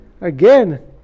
again